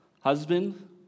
husband